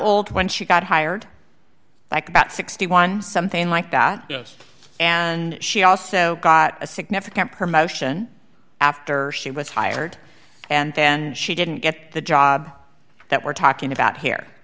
old when she got hired like about sixty one something like that yes and she also got a significant promotion after she was hired and then she didn't get the job that we're talking about here